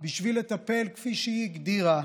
בשביל לטפל, כפי שהיא הגדירה,